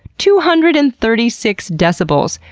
two hundred and thirty six decibels,